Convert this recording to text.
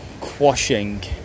Quashing